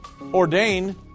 ordain